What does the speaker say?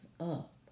up